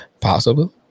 Possible